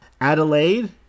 Adelaide